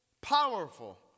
powerful